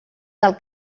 del